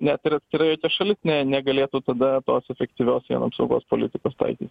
net ir atskirai jokia šalis ne negalėtų tada tos efektyvios apsaugos politikos taiky